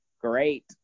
Great